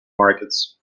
markets